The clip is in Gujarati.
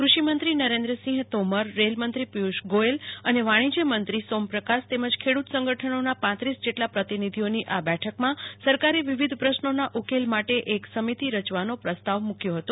ક્રષિ મંત્રી નરેન્દ્રસિંહ તોમર રેલમંત્રી પિયુષ ગોયલ અને વાણીજયમંત્રી સોમ પ્રકાશ તેમજ ખેડૂત સંગઠનોના ઉપ જેટલા પ્રતિનિધિઓની આ બેઠકમાં સરકારે વિવિધ પ્રશ્નોના ઉકેલ માટે એક સમિતિ રચવાનો પ્રસ્તાવ મુકાયો હતો